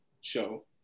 show